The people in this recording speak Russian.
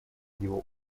его